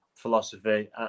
philosophy